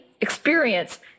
experience